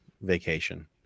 vacation